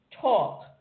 talk